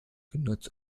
genutzt